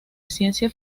ciencia